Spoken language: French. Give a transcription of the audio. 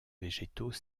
végétaux